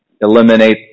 eliminate